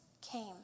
came